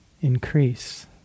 increase